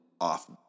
off